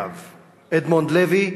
אגב, אדמונד לוי,